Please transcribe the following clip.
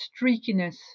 streakiness